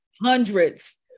hundreds